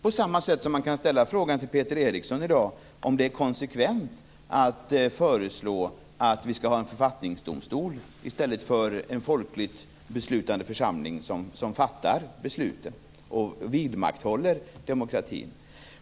På samma sätt kan man ställa frågan till Peter Eriksson i dag om det är konsekvent att föreslå att vi skall ha en författningsdomstol i stället för en folkligt beslutande församling som fattar besluten och vidmakthåller demokratin.